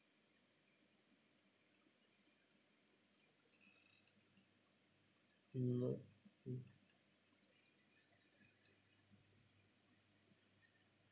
mm mm